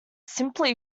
simply